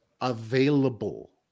available